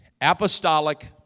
apostolic